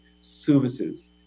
services